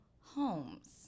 homes